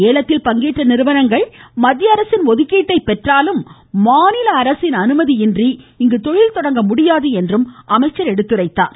ஏலத்தில் பங்கேற்ற நிறுவனங்கள் மத்திய அரசின் ஒதுக்கீட்டை பெற்றாலும் மாநில அரசின் அனுமதியின்றி இங்கு தொழில் தொடங்க முடியாது என்று அமைச்சர் சுட்டிக்காட்டினார்